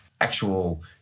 Actual